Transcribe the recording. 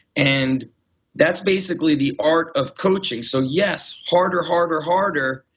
and that's basically the art of coaching. so yes, harder, harder, harder,